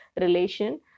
relation